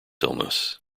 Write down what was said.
illness